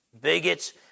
bigots